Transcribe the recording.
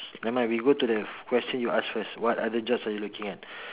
never mind we go to the question you ask first what other jobs are you looking at